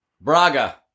Braga